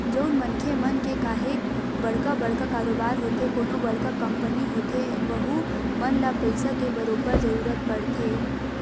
जउन मनखे मन के काहेक बड़का बड़का कारोबार होथे कोनो बड़का कंपनी होथे वहूँ मन ल पइसा के बरोबर जरूरत परथे